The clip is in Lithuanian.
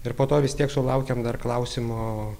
ir po to vis tiek sulaukiam dar klausimo